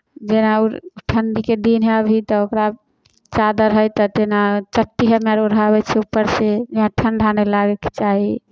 जेना ओ ठण्ढीके दिन हइ अभी तऽ ओकरा चादर हइ तऽ जेना चट्टी हमेअर ओढ़ाबै छियै ऊपरसँ यहाँ ठण्ढा नहि लागयके चाही